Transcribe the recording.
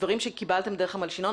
דברים שקיבלתם דרך המלשינון,